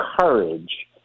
Courage